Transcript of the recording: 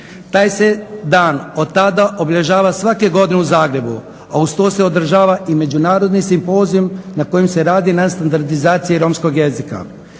Taj se dan od tada obilježava svake godine u Zagrebu, a uz to se održava i Međunarodni simpozij na kojem se radi na standardizaciji romskog jezika.